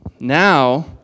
Now